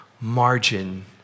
Margin